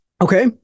Okay